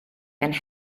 and